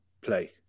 play